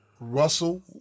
Russell